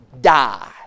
die